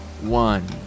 One